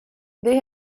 they